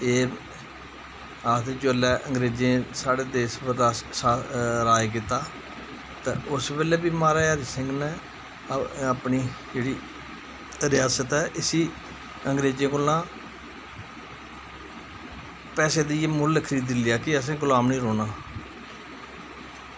एह् आखदे जिसलै साढ़े देश पर जिसलै अंग्रेजैं राज कीता तां उसलै बी महाराजा हरी सिंह नै अपनी अपनी रियास्त गी अंग्रेज़ें कोला दा पैसे देई खरीदी लेआ कि असें गुलाम नेईं रौह्ना